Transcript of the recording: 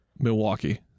Milwaukee